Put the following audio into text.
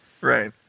Right